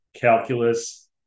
calculus